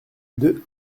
deux